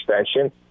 extension